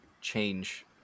change